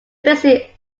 basic